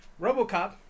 RoboCop